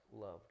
loved